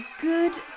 Good